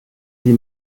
sie